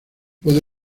puede